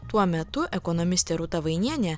tuo metu ekonomistė rūta vainienė